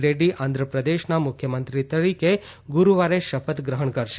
તેઓ આંધ્રપ્રદેશના મુખ્યમંત્રી તરીકે ગુરૂવારે શપથ ગ્રહણ કરશે